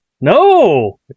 No